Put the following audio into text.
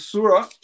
Surah